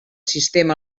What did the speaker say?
sistema